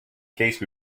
case